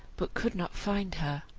but could not find her,